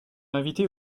invitée